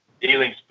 dealing